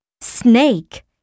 Snake